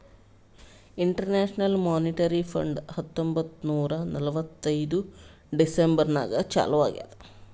international monetary fund ಹತ್ತೊಂಬತ್ತ್ ನೂರಾ ನಲ್ವತ್ತೈದು ಡಿಸೆಂಬರ್ ನಾಗ್ ಚಾಲೂ ಆಗ್ಯಾದ್